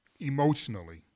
emotionally